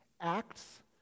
acts